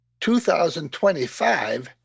2025